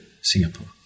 Singapore